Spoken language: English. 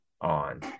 on